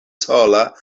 sola